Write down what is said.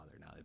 now